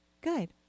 Good